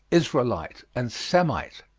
israelite, and semite.